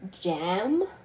jam